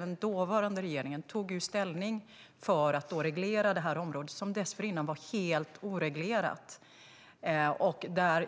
Den dåvarande regeringen tog ställning för att reglera det här området som dessförinnan var helt oreglerat.